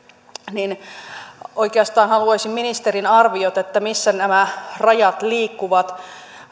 niin oikeastaan haluaisin ministerin arviot siitä missä nämä rajat liikkuvat